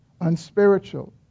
unspiritual